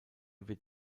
wird